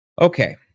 okay